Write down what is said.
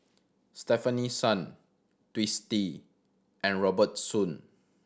Stefanie Sun Twisstii and Robert Soon